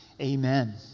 Amen